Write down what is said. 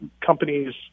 companies